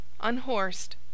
unhorsed